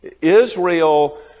Israel